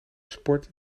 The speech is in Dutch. sport